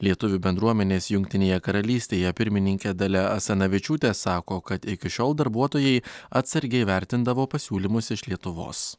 lietuvių bendruomenės jungtinėje karalystėje pirmininkė dalia asanavičiūtė sako kad iki šiol darbuotojai atsargiai vertindavo pasiūlymus iš lietuvos